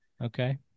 okay